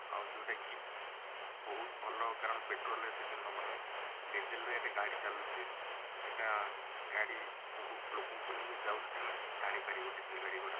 ଆଉ ଯୋଉଁଟାକି ବହୁତ ଭଲ କାରଣ ପେଟ୍ରୋଲ୍ରେ ଏତେ ତ ନେବ ନାଇଁ ଡ଼ିଜେଲରେ ଏଇଟା ଗାଡ଼ି ଚାଲୁଛି ଏଇଟା ଗାଡ଼ି ବହୁତ ଲୋକଙ୍କୁ ନେଇକି ଯାଉଛି ତେଣୁ ଟାଣିପାରିବ ଡ଼ିଜେଲ ଗାଡ଼ି ଏଗୁଡ଼ା